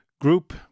group